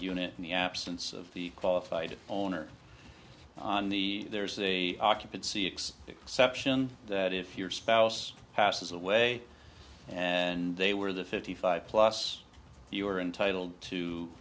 unit in the absence of the qualified owner on the there is a occupancy x exception that if your spouse passes away and they were the fifty five plus you were entitled to